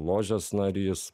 ložės narys